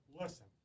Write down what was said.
Listen